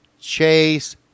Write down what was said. chase